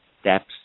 steps